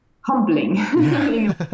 humbling